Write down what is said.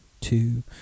two